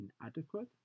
inadequate